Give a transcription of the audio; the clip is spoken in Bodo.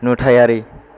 नुथायारि